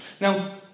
Now